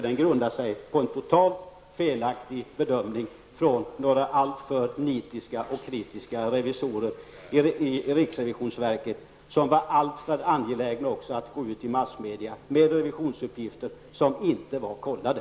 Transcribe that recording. Den grundar sig på en totalt felaktig bedömning från några alltför nitiska och kritiska revisorer i riksrevisionsverket som var alltför angelägna också att gå ut i massmedia med revisionsuppgifter som inte var kollade.